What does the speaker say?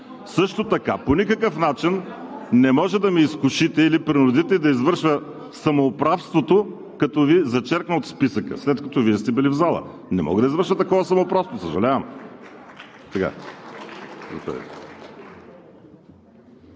Също така по никакъв начин не мога да извърша самоуправството, като Ви зачеркна от списъка, след като Вие сте били в залата. Не мога да извърша такова самоуправство, съжалявам.